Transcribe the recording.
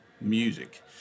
music